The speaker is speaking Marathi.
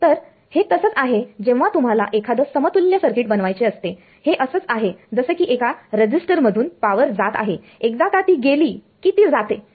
तर हे तसंच आहे जेव्हा तुम्हाला एखादं समतुल्य सर्किट बनवायचे असते हे असंच आहे जसं की एका रेझिस्टर मधून पावर जात आहे एकदा ती गेली की ती जाते